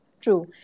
True